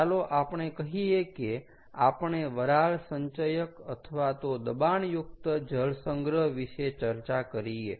ચાલો આપણે કહીએ કે આપણે વરાળ સંચયક અથવા તો દબાણયુકત જળ સંગ્રહ વિશે ચર્ચા કરીએ